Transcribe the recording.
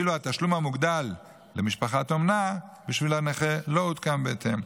ואילו התשלום המוגדל למשפחת אומנה בשביל הנכה לא עודכן בהתאם.